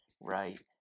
right